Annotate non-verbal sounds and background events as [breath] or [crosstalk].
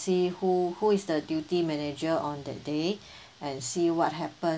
see who who is the duty manager on that day [breath] and see what happened